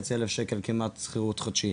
3,500 ₪ כמעט שכ"ד חודשי.